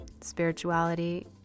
spirituality